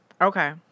Okay